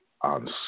on